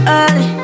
early